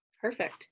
perfect